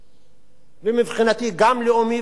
ומבחינתי גם לאומי וגם פטריוטי,